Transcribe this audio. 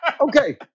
Okay